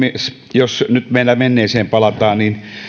jos nyt meillä menneeseen palataan niin